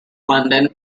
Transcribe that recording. london